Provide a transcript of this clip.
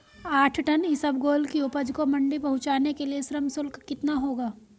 आठ टन इसबगोल की उपज को मंडी पहुंचाने के लिए श्रम शुल्क कितना होगा?